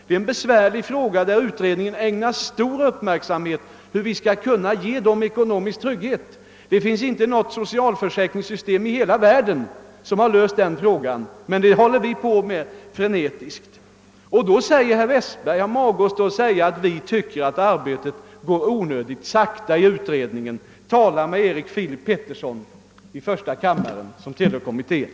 Det är en besvärlig fråga, och utredningen ägnar stor uppmärksamhet åt problemet om hur vi skall kunna ge dessa ekonomisk trygghet. Det finns inte något försäkringssystem i hela världen som har löst denna fråga, men vi håller frenetiskt på att försöka lösa detta problem. I detta läge har herr Westberg mage att säga att han tycker att arbetet i utredningen går onödigt sakta. Tala med herr Erik Filip Petersson i första kammaren, som tillhör kommittén.